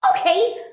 Okay